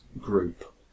group